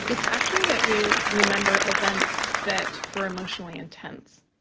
it's actually that we remember events that were emotionally intense.